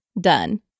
done